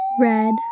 red